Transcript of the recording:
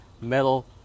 metal